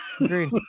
Agreed